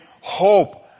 hope